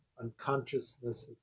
unconsciousness